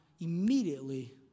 immediately